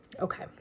Okay